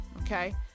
okay